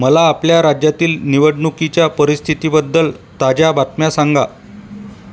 मला आपल्या राज्यातील निवडणुकीच्या परिस्थितीबद्दल ताज्या बातम्या सांगा